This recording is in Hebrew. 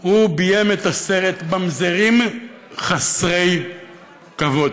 ביים את הסרט "ממזרים חסרי כבוד".